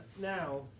Now